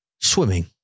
Swimming